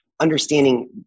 understanding